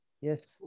yes